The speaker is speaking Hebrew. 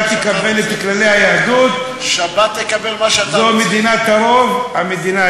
לך אני נותן בשבת,